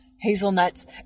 hazelnuts